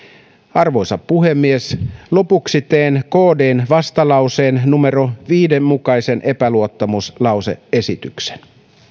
arvoisa puhemies lopuksi teen kdn vastalauseen numero viiden mukaisen epäluottamuslause esityksen